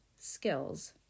skills